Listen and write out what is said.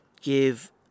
give